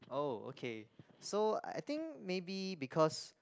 oh okay so I think maybe because